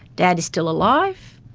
dad's still alive.